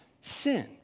sin